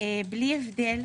ללא הבדל.